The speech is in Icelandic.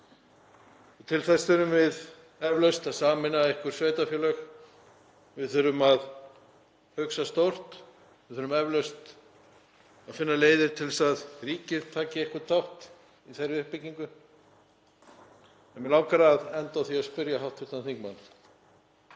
Til þess þurfum við eflaust að sameina einhver sveitarfélög. Við þurfum að hugsa stórt. Við þurfum eflaust að finna leiðir til þess að ríkið taki einhvern þátt í þeirri uppbyggingu. Mig langar að enda á því að spyrja hv. þingmann